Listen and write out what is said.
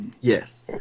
Yes